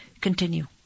continue